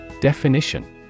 Definition